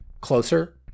closer